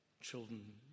Children